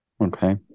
Okay